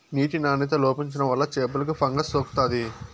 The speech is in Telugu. నీటి నాణ్యత లోపించడం వల్ల చేపలకు ఫంగస్ సోకుతాది